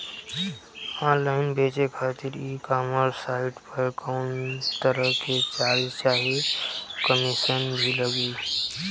Online बेचे खातिर e commerce site पर कौनोतरह के चार्ज चाहे कमीशन भी लागी?